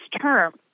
term